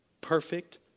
perfect